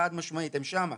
חד משמעית הן שם.